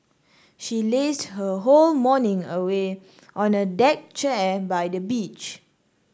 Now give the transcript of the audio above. she lazed her whole morning away on a deck chair by the beach